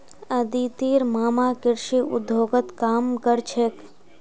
अदितिर मामा कृषि उद्योगत काम कर छेक